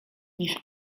niż